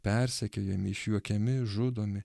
persekiojami išjuokiami žudomi